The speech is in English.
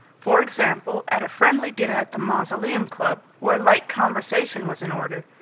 for example at a friendly dinner at the mausoleum club where light conversation was in order,